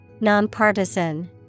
Nonpartisan